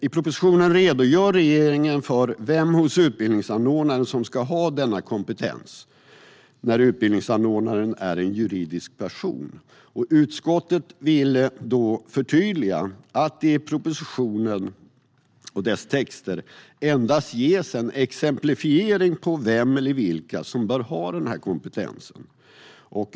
I propositionen redogör regeringen för vem hos utbildningsanordnaren som ska ha denna kompetens när utbildningsanordnaren är en juridisk person. Utskottet vill då förtydliga att det i propositionen och dess texter endast ges en exemplifiering av vem eller vilka som bör ha denna kompetens.